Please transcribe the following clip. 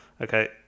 Okay